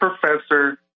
Professor